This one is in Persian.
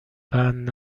بند